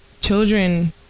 children